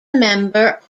member